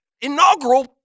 inaugural